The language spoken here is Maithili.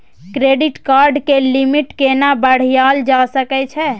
क्रेडिट कार्ड के लिमिट केना बढायल जा सकै छै?